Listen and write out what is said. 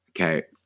okay